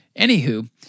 anywho